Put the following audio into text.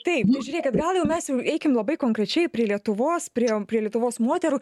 taip žiūrėkit gal jau mes jau eikim labai konkrečiai prie lietuvos priėjom prie lietuvos moterų